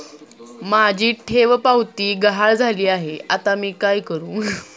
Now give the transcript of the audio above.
माझी ठेवपावती गहाळ झाली आहे, आता मी काय करु?